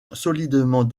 solidement